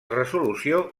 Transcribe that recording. resolució